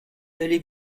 allez